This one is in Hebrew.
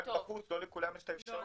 אם רק בחוץ לא לכולם יש את האפשרות.